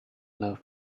love